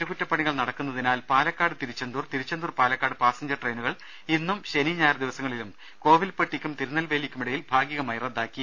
പാതയിൽ അറ്റകുറ്റപണികൾ നടക്കുന്നതിനാൽ പാലക്കാട് തിരുച്ചെന്തൂർ തിരുച്ചെന്തൂർ പാലക്കാട് പാസഞ്ചർ ട്രെയിനുകൾ ഇന്നും ശനി ഞായർ ദിവസങ്ങളിൽ കോവിൽപ്പട്ടിക്കും തിരുനൽവേലിക്കുമിടയിൽ ഭാഗികമായി റദ്ദാക്കി